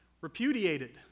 repudiated